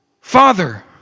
father